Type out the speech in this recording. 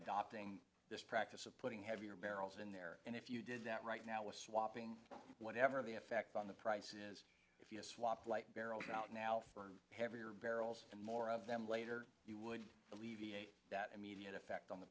adopting this practice of putting heavier barrels in there and if you did that right now a swapping whatever the effect on the price is if you swap light barrels out now for heavier barrels and more of them later you would alleviate that immediate effect on the